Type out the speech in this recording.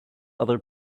other